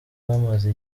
bamaze